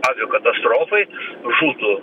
aviakatastrofai žūtų